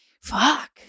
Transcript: Fuck